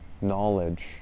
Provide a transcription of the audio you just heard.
knowledge